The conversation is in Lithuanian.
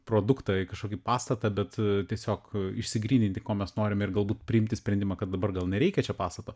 produktą į kažkokį pastatą bet tiesiog išsigryninti ko mes norime ir galbūt priimti sprendimą kad dabar gal nereikia čia pastato